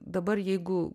dabar jeigu